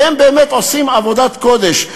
והם באמת עושים עבודת קודש.